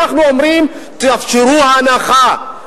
אנחנו אומרים: תאפשרו הנחה.